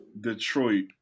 Detroit